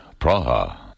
Praha